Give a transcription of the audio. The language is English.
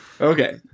Okay